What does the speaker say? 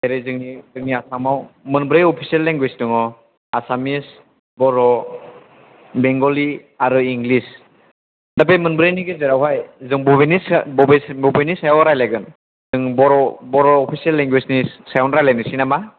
जेरै जोंनि आसामाव मोनब्रै अफिसियेल लेंगुवेज दङ आसामिस बर' बेंगलि आरो इंलिस दा बे मोनब्रैनि गेजेरावहाय जों बबेनि सायाव रायज्लायगोन जोङो बर' अफिसियेल लेंगुवेजनि सायावनो रायज्लायनोसै नामा